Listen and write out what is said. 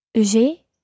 J'ai